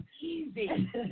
easy